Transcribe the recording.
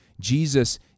Jesus